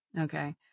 Okay